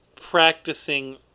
practicing